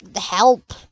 help